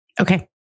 Okay